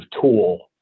tool